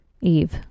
Eve